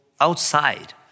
outside